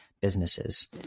businesses